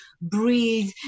breathe